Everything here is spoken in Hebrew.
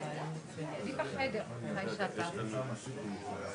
אני לא יודע להגיד לך שכל מי שנשלל לא מגיע לו,